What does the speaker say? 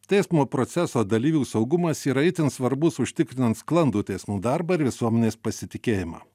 teismo proceso dalyvių saugumas yra itin svarbus užtikrinant sklandų teismų darbą ir visuomenės pasitikėjimą